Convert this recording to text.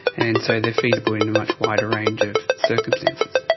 and so they are feasible in a much wider range of circumstances.